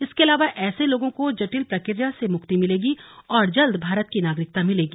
इसके अलावा ऐसे लोगों को जटिल प्रक्रिया से मुक्ति मिलेगी और जल्द भारत की नागरिकता मिलेगी